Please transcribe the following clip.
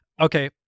Okay